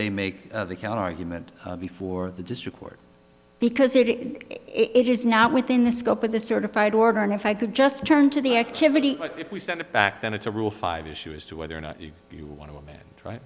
they make the counterargument before the district court because if it is not within the scope of the certified order and if i could just turn to the activity if we sent it back then it's a rule five issue as to whether or not you want to try